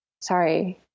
sorry